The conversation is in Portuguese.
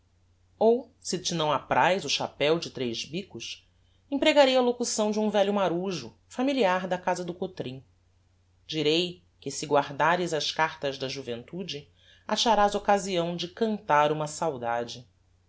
ou se te não apraz o chapéu de tres bicos empregarei a locução de um velho marujo familiar da casa do cotrim direi que se guardares as cartas da juventude acharás occasião de cantar uma saudade